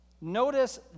Notice